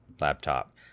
laptop